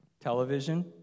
television